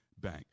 Bank